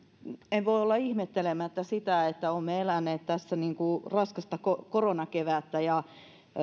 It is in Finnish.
en voi olla ihmettelemättä sitä että kun olemme eläneet tässä raskasta koronakevättä